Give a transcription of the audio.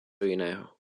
jiného